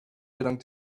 belong